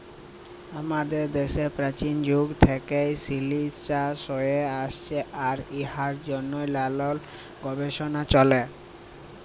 আমাদের দ্যাশে পাচীল যুগ থ্যাইকে সিলিক চাষ হ্যঁয়ে আইসছে আর ইয়ার জ্যনহে লালাল গবেষলা চ্যলে